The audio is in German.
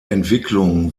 entwicklung